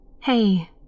Hey